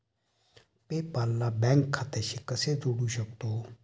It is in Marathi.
पे पाल ला बँक खात्याशी कसे जोडू शकतो?